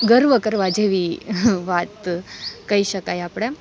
ગર્વ કરવા જેવી વાત કહી શકાય આપણે